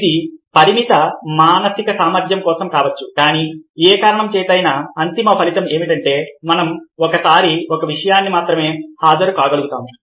ఇది పరిమిత మానసిక సామర్థ్యం కోసం కావచ్చు కానీ ఏ కారణం చేతనైనా అంతిమ ఫలితం ఏమిటంటే మనం ఒకేసారి ఒక విషయానికి మాత్రమే హాజరు కాగలుగుతాము